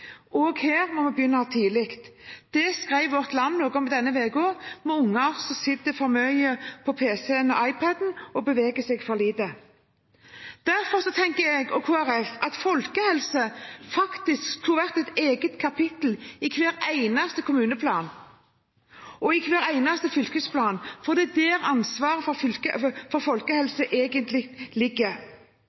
her må vi begynne tidlig. Det skrev Vårt Land noe om i denne uken – om barn som sitter for mye foran PC-en og iPad-en, og beveger seg for lite. Derfor tenker jeg og Kristelig Folkeparti at folkehelse faktisk skulle vært et eget kapittel i hver eneste kommuneplan og i hver eneste fylkesplan, for det er der ansvaret for folkehelsen egentlig ligger.